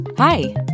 Hi